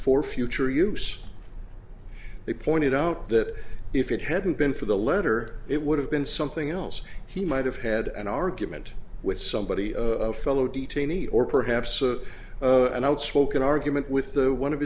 for future use they pointed out that if it hadn't been for the letter it would have been something else he might have had an argument with somebody of fellow detainee or perhaps a and outspoken argument with the one of